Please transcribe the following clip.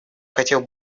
хотел